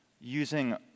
using